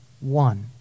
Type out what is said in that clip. one